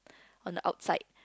on the outside